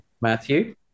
Matthew